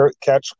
catch